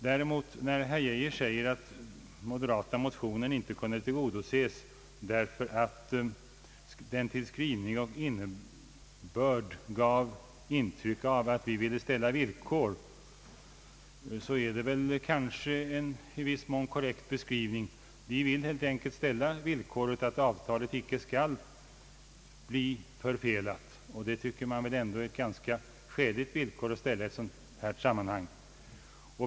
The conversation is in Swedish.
När herr Geijer säger att de moderatas motion inte kunde tillgodoses, därför att den till skrivning och innebörd gav intryck av att vi ville ställa villkor, så är det kanske en i viss mån korrekt beskrivning. Vi vill helt enkelt ställa villkoret att avtalet inte skall bli förfelat, och det är väl ändå ett ganska skäligt villkor i ett sådant här sammanhang.